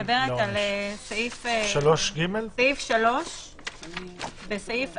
וגם הודעה שמאפשרת הרחבה וצמצום בהתאם למצב